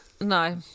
no